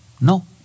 no